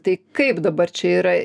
tai kaip dabar čia yra